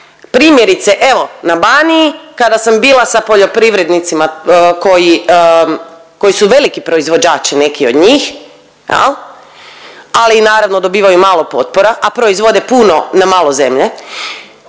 primjerice evo na Baniji kada sam bila sa poljoprivrednicima koji, koji su veliki proizvođači neki od njih jel, ali i naravno dobivaju malo potpora, a proizvode puno na malo zemlje,